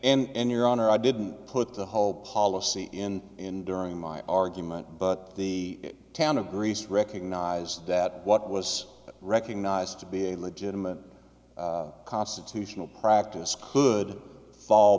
your honor i didn't put the whole policy in in during my argument but the town of greece recognize that what was recognized to be a legitimate constitutional practice could fall